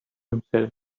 himself